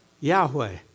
Yahweh